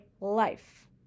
life